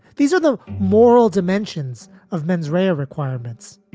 these are the moral dimensions of mens rea of requirements.